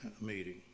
meeting